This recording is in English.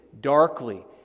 darkly